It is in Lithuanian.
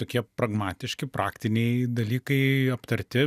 tokie pragmatiški praktiniai dalykai aptarti